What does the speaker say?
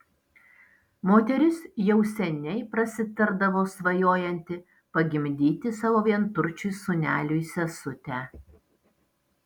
moteris jau seniai prasitardavo svajojanti pagimdyti savo vienturčiui sūneliui sesutę